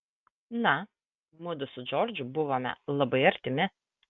na mudu su džordžu buvome labai artimi